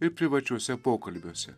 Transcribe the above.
ir privačiuose pokalbiuose